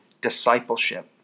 discipleship